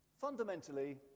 Fundamentally